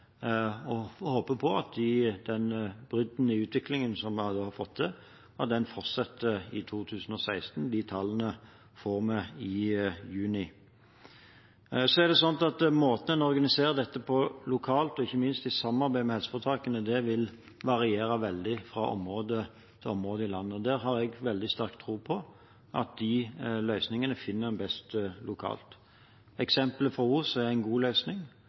på å se om – og håper at – den nye utviklingen som vi har fått til, har fortsatt i 2016. De tallene får vi i juni. Måten en organiserer dette på lokalt, og ikke minst i samarbeid med helseforetakene, vil variere veldig fra område til område i landet. Jeg har veldig sterk tro på at disse løsningene finner en best lokalt. Eksempelet fra Os er én god løsning.